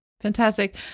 Fantastic